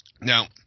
Now